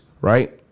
right